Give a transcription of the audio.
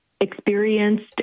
experienced